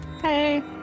Hey